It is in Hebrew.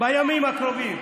בימים הקרובים.